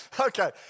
Okay